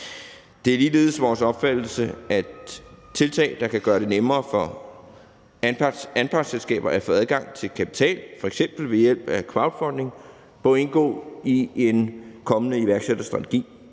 Det er ligeledes vores opfattelse, at tiltag, der kan gøre det nemmere for anpartsselskaber at få adgang til kapital, f.eks. ved hjælp af crowdfunding, bør indgå i en kommende iværksætterstrategi.